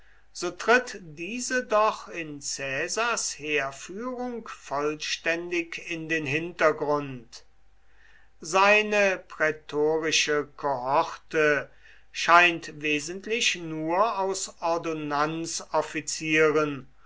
so tritt diese doch in caesars heerführung vollständig in den hintergrund seine prätorische kohorte scheint wesentlich nur aus